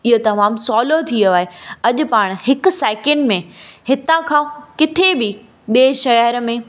इहो तमामु सहुलो थी वयो आहे अॼु पाण हिक सेंकंड में हितां खां किथे बि ॿिए शहर में